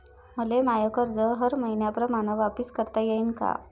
मले माय कर्ज हर मईन्याप्रमाणं वापिस करता येईन का?